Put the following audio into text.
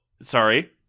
sorry